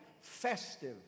festive